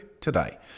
today